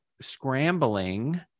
scrambling